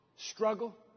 Struggle